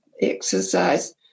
exercise